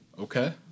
Okay